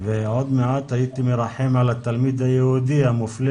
ועוד מעט הייתי מרחם על תלמיד היהודי המופלה